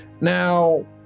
now